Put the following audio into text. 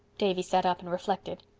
davy sat up and reflected.